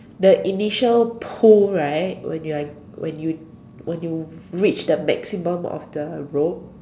the initial pull right when you are when you when you reach the maximum of the rope